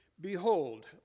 behold